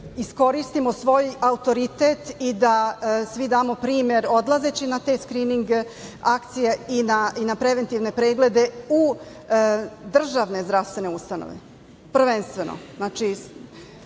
iskoristimo svoj autoritet i da svi damo primer odlazeći na taj skrinig, na akcije i na preventivne preglede, u državne zdravstvene ustanove, prvenstveno,